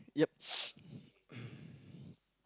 yup